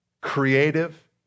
creative